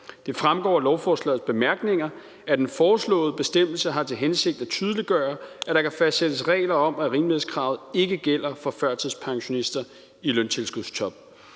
Det fremgår af lovforslagets bemærkninger, at den foreslåede bestemmelse har til hensigt at tydeliggøre, at der kan fastsættes regler om, at rimelighedskravet ikke gælder for førtidspensionister i løntilskudsjob.